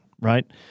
right